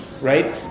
right